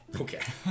Okay